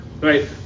Right